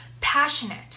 passionate